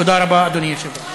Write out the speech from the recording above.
תודה רבה, אדוני היושב-ראש.